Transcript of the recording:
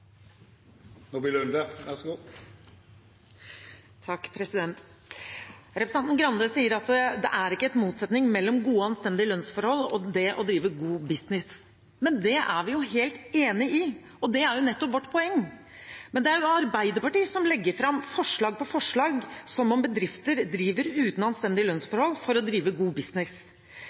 en motsetning mellom gode, anstendige lønnsforhold og det å drive god business. Men det er vi jo helt enig i, og det er nettopp vårt poeng. Det er Arbeiderpartiet som legger fram forslag på forslag som om bedrifter driver uten anstendige lønnsforhold for å drive god